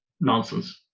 nonsense